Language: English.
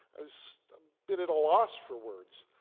i was bit at a loss for words.